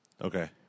Okay